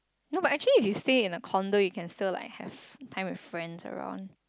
no but actually if you stay in a condo you can still like have time with friends around